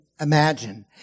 imagine